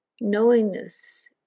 Knowingness